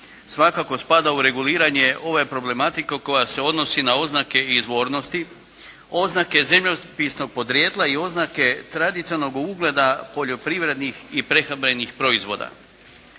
svakako spada u reguliranje ove problematike koja se odnosi na oznake izvornosti, oznake zemljopisnog podrijetla i oznake tradicionalnog ugleda poljoprivrednih i prehrambenih proizvoda.